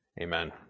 Amen